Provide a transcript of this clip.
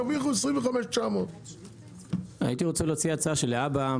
הם ירוויחו 25.900. הייתי רוצה להציע הצעה שלהבא,